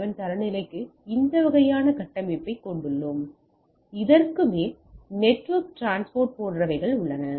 11 தரநிலைக்கு இந்த வகையான கட்டமைப்பை கொண்டுள்ளோம் இதற்கு மேலே நெட்வொர்க் டிரான்ஸ்போர்ட் போன்றவை உள்ளன